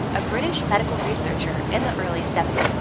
a british medical researcher in the early seventy s.